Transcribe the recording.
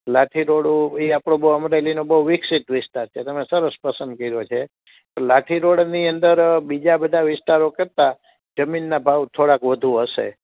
લાઠી road ઈ આપડું અમરેલીનો બુ વિકસિત વિસ્તાર છે તો તમે સરસ પસંદ કર્યો છે લાથઇરોડની અંદર બીજા બધા વિસ્તારો કેટલા જમીનના ભાવ થોડા વધુ હશે